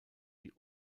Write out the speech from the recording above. die